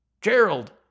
Gerald